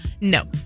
No